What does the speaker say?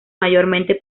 mayormente